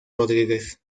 rodríguez